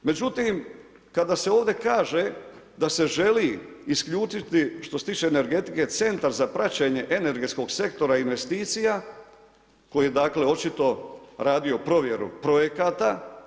Međutim, kada se ovdje kaže da se želi isključiti, što se tiče energetike, centar za praćenje energetskog sektora i investicija, koji je dakle, očito radio provjeru projekata.